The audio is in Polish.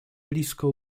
blisko